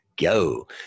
go